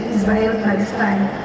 Israel-Palestine